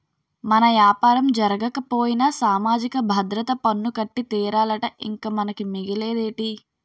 మన యాపారం జరగకపోయినా సామాజిక భద్రత పన్ను కట్టి తీరాలట ఇంక మనకి మిగిలేదేటి